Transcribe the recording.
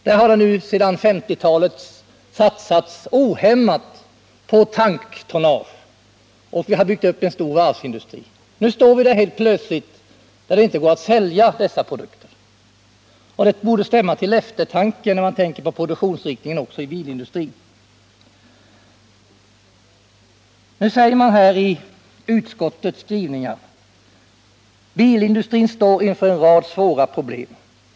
Där har det sedan 1950-talet satsats utan hejd på tanktonnage, och vi har byggt upp en stor varvsindustri. Nu står vi där helt plötsligt, när det inte går att sälja dessa fartyg. Det borde stämma till eftertanke också när det gäller produktionsinriktningen inom bilindustrin. Utskottet säger i sin skrivning: ”Bilindustrin står inför en rad svåra problem.